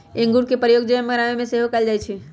इंगूर के प्रयोग जैम बनाबे में सेहो कएल जाइ छइ